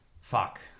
fuck